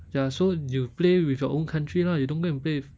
ya so you play with your own country lah you don't go and play with